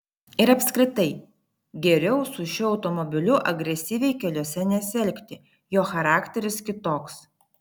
ir apskritai geriau su šiuo automobiliu agresyviai keliuose nesielgti jo charakteris kitoks